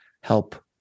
help